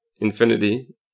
infinity